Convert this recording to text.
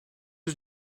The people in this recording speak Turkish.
yüz